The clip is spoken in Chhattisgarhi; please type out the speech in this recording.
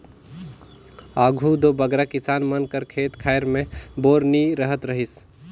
आघु दो बगरा किसान मन कर खेत खाएर मे बोर नी रहत रहिस